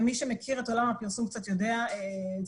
ומי שמכיר את עולם הפרסום קצת יודע טוב,